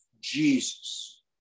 Jesus